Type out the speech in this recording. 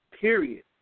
period